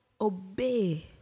obey